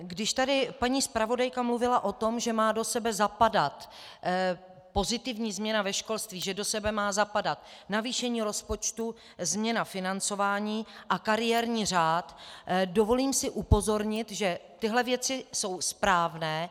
Když tady paní zpravodajka mluvila o tom, že má do sebe zapadat pozitivní změna ve školství, že do sebe má zapadat navýšení rozpočtu, změna financování a kariérní řád, dovolím si upozornit, že tyhle věci jsou správné.